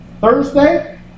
Thursday